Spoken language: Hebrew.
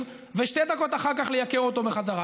ושתי דקות אחר כך לייקר אותו בחזרה.